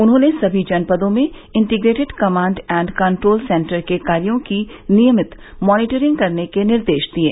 उन्होंने सभी जनपदों में integrated command and control centre के कार्यो की नियमित मानीटरिंग करने के निर्देश दिये